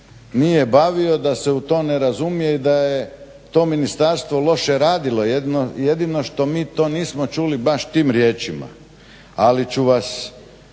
nije bavio, da se u to ne razumije i da je to ministarstvo loše radilo. Jedino što mi to nismo čuli baš tim riječima. Ali ću vas